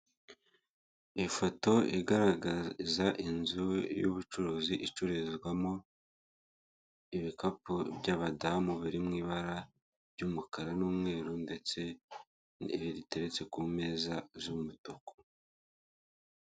Ifoto igaragaza inzu y'ubucuruzi icururizwamo ibikapu by'abadamu biri mw'ibara ry'umukara, n'umweru, ndetse n'ihe riteretse ku meza z'umutuku.